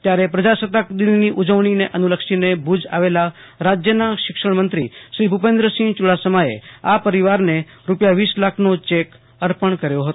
ત્યારે પ્રજાસત્તાક દિનની ઉજવણી અનુલક્ષીને ભુજ આવેલા શિક્ષણમંત્રી શ્રી ભૂપેન્દ્રસિંહ ચૂકાસમાએ આ પરીવારને રૂપિયા વીસ લાખનો એક અર્પણ કર્યો હતો